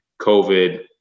COVID